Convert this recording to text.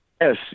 Yes